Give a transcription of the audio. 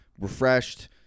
refreshed